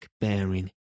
bearing